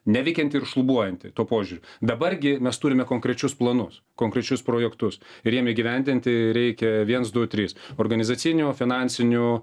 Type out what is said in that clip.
neveikianti ir šlubuojanti tuo požiūriu dabar gi mes turime konkrečius planus konkrečius projektus ir jiem įgyvendinti reikia viens du trys organizacinių finansinių